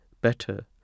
better